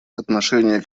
отношения